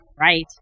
right